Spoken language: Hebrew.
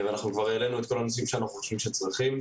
אנחנו כבר העלינו את כל הנושאים שאנחנו חושבים שצריך.